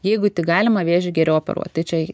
jeigu tik galima vėžį geriau operuot tai čia